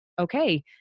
okay